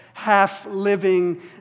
half-living